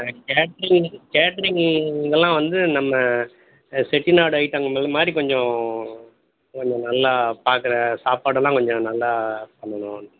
ஆ catering catering இதெல்லாம் வந்து நம்ம செட்டிநாடு ஐட்டங்கள் மாதிரி கொஞ்சம் கொஞ்சம் நல்லா பார்க்குற சாப்பாடெல்லாம் கொஞ்சம் நல்லா பண்ணணும்